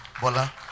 Bola